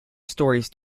stories